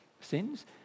sins